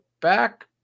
back